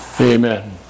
Amen